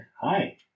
Hi